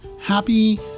Happy